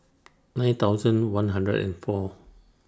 nine thousand one hundred and four